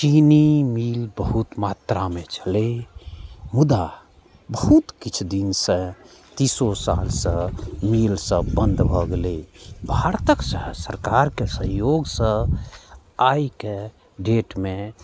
चीनी मिल बहुत मात्रामे छलै मुदा बहुत किछु दिनसँ तीसो सालसँ मिलसभ बन्द भऽ गेलै भारतक सह सरकारके सहयोगसँ आइके डेटमे